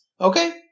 okay